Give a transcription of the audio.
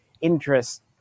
interest